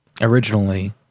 originally